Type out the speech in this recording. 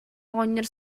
оҕонньор